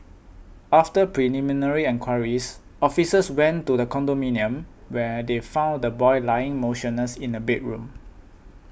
after preliminary enquiries officers went to the condominium where they found the boy lying motionless in a bedroom